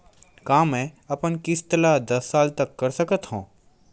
का मैं अपन किस्त ला दस साल तक कर सकत हव?